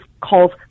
calls